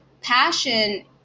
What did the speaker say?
Passion